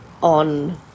on